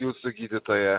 jūsų gydytoja